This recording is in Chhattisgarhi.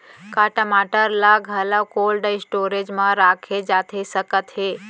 का टमाटर ला घलव कोल्ड स्टोरेज मा रखे जाथे सकत हे?